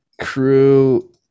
Crew